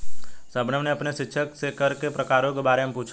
शबनम ने अपने शिक्षक से कर के प्रकारों के बारे में पूछा